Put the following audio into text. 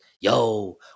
yo